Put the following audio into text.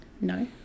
No